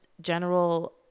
general